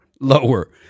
lower